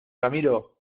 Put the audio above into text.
ramiro